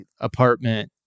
apartment